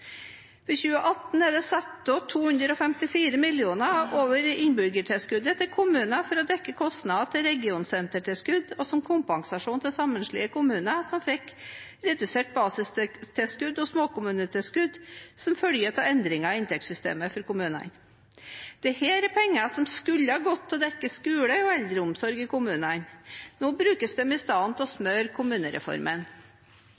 For 2018 er det satt av 254 mill. kr over innbyggertilskuddet til kommunene for å dekke kostnadene til regionsentertilskudd og som kompensasjon til sammenslåtte kommuner som fikk redusert basistilskudd og småkommunetilskudd som følge av endringene i inntektssystemet for kommunene. Dette er penger som skulle gått til å dekke skole og eldreomsorg i kommunene. Nå brukes de i stedet til å